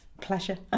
pleasure